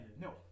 No